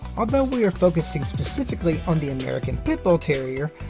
although we are focusing specifically on the american pit bull terrier,